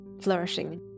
flourishing